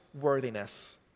worthiness